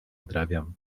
odrabiam